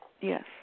Yes